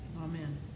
Amen